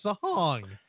song